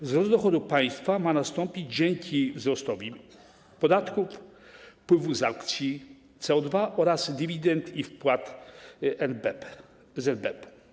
Wzrost dochodu państwa ma nastąpić dzięki wzrostowi podatków, wpływów z aukcji CO2 oraz dywidend i wpłat NBP, ZBP.